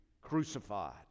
crucified